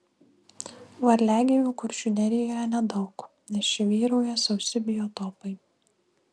varliagyvių kuršių nerijoje nedaug nes čia vyrauja sausi biotopai